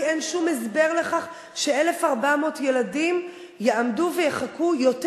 כי אין שום הסבר לכך ש-1,400 ילדים יעמדו ויחכו יותר